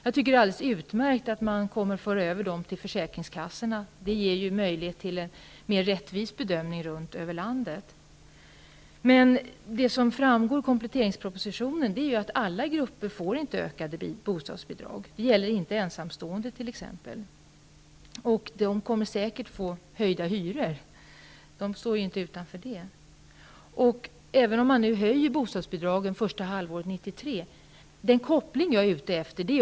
Jag tycker att det är alldeles utmärkt att de skall föras över till försäkringskassorna, eftersom det ger möjlighet till en mer rättvis bedömning över hela landet. Av kompletteringspropositionen framgår det dock att alla grupper inte får höjda bostadsbidrag, t.ex. inte de ensamstående, som säkert kommer att få höjda hyror, även om man höjer bostadsbidragen under första halvåret 1993.